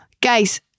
guys